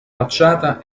facciata